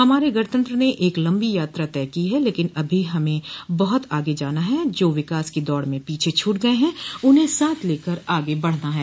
हमारे गणतंत्र ने एक लम्बी यात्रा तय की है लेकिन अभी हमें बहुत आगे जाना है जो विकास की दौड़ में पीछे छूट गये है उन्हें साथ लेकर आगे बढ़ना है